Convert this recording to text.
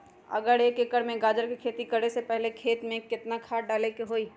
अगर एक एकर में गाजर के खेती करे से पहले खेत में केतना खाद्य डाले के होई?